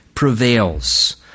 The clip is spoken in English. prevails